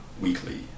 weekly